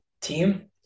team